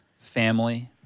family